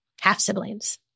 half-siblings